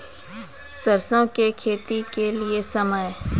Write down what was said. सरसों की खेती के लिए समय?